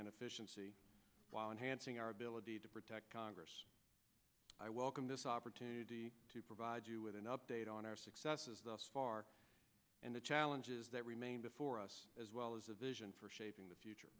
hansing our ability to protect congress i welcome this opportunity to provide you with an update on our successes thus far and the challenges that remain before us as well as a vision for shaping the future